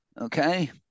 Okay